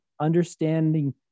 understanding